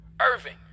Irving